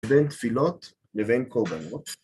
בין תפילות לבין קורבנות.